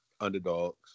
Underdogs